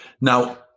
Now